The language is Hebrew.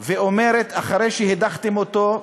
ואומרת, אחרי שהדחתם אותו: